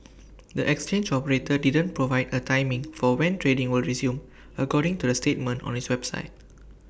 the exchange operator didn't provide A timing for when trading will resume according to the statement on its website